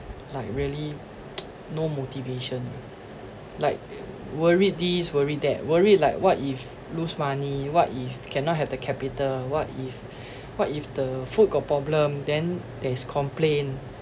like really no motivation like worried this worried that worried like what if lose money what if cannot have the capital what if what if the food got problem then there is complain